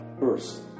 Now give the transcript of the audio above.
first